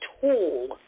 tool